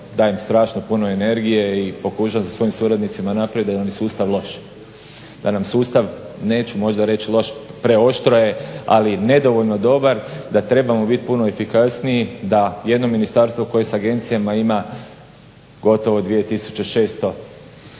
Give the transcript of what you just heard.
dajem strašno puno energije i pokušavam sa svojim suradnicima napraviti da nam je sustav loš, da nam sustav neću možda reć loš preoštro je ali nedovoljno dobar. Da trebamo biti puno efikasniji da jedno ministarstvo koje s agencijama ima gotovo 2600